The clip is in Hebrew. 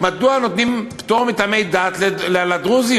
מדוע נותנים פטור מטעמי דת לדרוזיות.